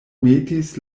metis